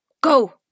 Go